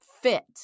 fit